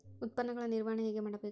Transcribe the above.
ಉತ್ಪನ್ನಗಳ ನಿರ್ವಹಣೆ ಹೇಗೆ ಮಾಡಬೇಕು?